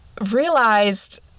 realized